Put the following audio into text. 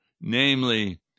Namely